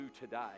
today